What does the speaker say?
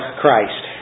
Christ